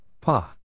Pa